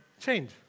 change